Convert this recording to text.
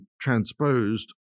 transposed